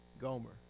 Gomer